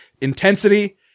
intensity